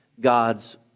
God's